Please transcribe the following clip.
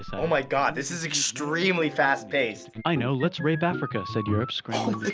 so oh my god. this is extremely fast-paced. i know, let's rape africa, said europe, scrambling.